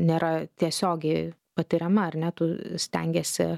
nėra tiesiogiai patiriama ar ne tu stengiesi